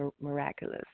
miraculous